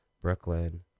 Brooklyn